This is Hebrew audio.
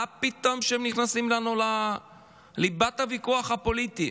מה פתאום הם נכנסים לנו לליבת הוויכוח הפוליטי?